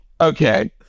Okay